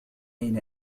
أين